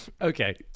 Okay